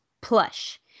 plush